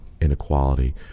inequality